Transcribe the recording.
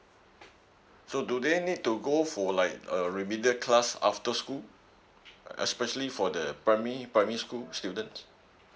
so do they need to go for like a remedial class after school especially for the primary primary school students